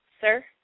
sir